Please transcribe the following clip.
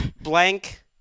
blank